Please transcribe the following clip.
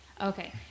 Okay